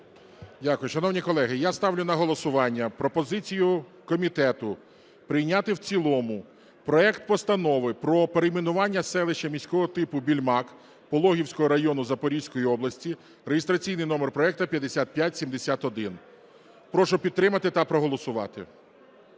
Дякую. Шановні колеги, я ставлю на голосування пропозицію комітету прийняти в цілому проект Постанови про перейменування селища міського типу Більмак Пологівського району Запорізької області (реєстраційний номер проекту 5571). Прошу підтримати та проголосувати.